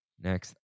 Next